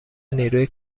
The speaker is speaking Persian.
نیروی